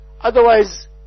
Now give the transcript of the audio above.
otherwise